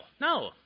No